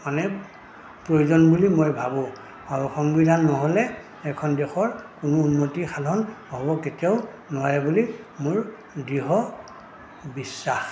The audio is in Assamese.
মানে প্ৰয়োজন বুলি মই ভাবোঁ আৰু সংবিধান নহ'লে এখন দেশৰ কোনো উন্নতি সাধন হ'ব কেতিয়াও নোৱাৰে বুলি মোৰ দৃঢ় বিশ্বাস